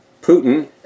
Putin